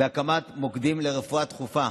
בהקמת מוקדים לרפואה דחופה,